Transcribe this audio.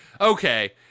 Okay